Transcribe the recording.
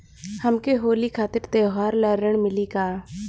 हमके होली खातिर त्योहार ला ऋण मिली का?